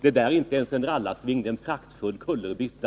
Det där är inte ens en rallarsving — det är en praktfull kullerbytta.